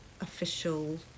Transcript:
official